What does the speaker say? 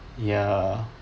ya